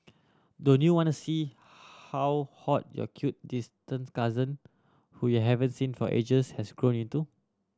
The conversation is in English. don't you wanna see how hot your cute distant cousin whom you haven't seen for ages has grown into